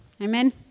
Amen